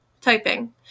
typing